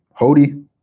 Hody